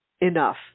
enough